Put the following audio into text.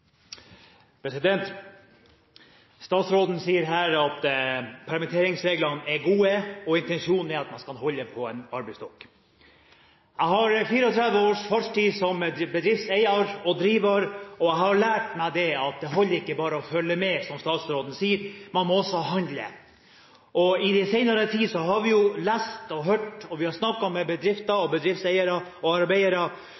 Statsråden sier her at permitteringsreglene er gode, og intensjonen er at man skal holde på en arbeidsstokk. Jeg har 34 års fartstid som bedriftseier og -driver, og jeg har lært meg at det ikke holder bare å følge med, som statsråden sier, man må også handle. I den senere tid har vi lest og hørt, og vi har snakket med bedrifter,